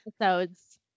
episodes